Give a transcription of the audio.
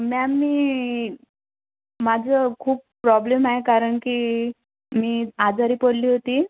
ma'am मी माझं खूप प्रॉब्लेम आहे कारण की मी आजारी पडली होती